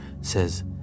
Says